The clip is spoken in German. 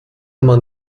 man